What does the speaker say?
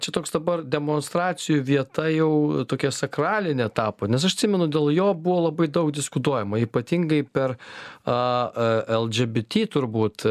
čia toks dabar demonstracijų vieta jau tokia sakralinė tapo nes aš atsimenu dėl jo buvo labai daug diskutuojama ypatingai per a lgbt turbūt